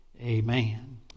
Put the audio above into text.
Amen